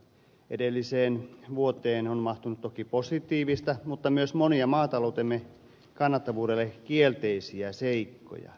edelliseen vuoteen on mahtunut toki positiivista mutta myös monia maataloutemme kannattavuudelle kielteisiä seikkoja